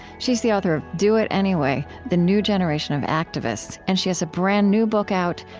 she's the author of do it anyway the new generation of activists, and she has a brand new book out,